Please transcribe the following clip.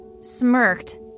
smirked